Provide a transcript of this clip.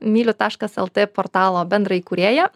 myliu taškas lt portalo bendra įkūrėja